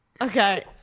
Okay